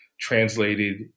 translated